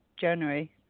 January